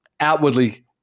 Outwardly